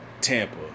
Tampa